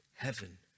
Heaven